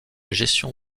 gestion